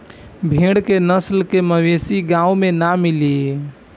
भेड़ के नस्ल के मवेशी गाँव में ना मिली